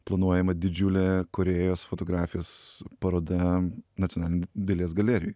planuojama didžiulė korėjos fotografijos paroda nacionalinėj dailės galerijoj